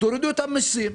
תורידו את המיסים,